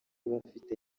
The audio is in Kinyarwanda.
bafite